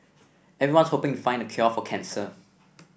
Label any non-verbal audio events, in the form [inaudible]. everyone's hoping to find the cure for cancer [noise]